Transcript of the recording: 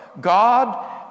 God